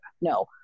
no